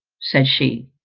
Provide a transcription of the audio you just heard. said she,